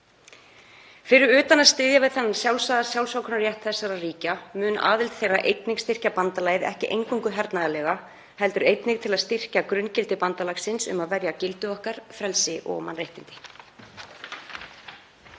Fyrir utan að styðja við þann sjálfsagða sjálfsákvörðunarrétt þessara ríkja mun aðild þeirra einnig styrkja bandalagið, ekki eingöngu hernaðarlega heldur einnig styrkja grunngildi bandalagsins um að verja gildi okkar, frelsi og mannréttindi.